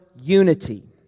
unity